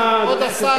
כבוד השר,